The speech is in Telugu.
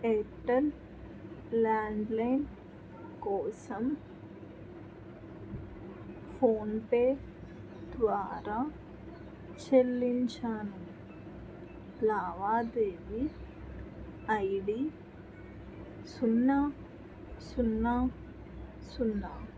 ఎయిర్టెల్ ల్యాండ్లైన్ కోసం ఫోన్పే ద్వారా చెల్లించాను లావాదేవీ ఐ డి సున్నా సున్నా సున్నా